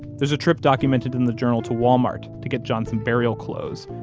there's a trip documented in the journal to walmart to get john some burial clothes,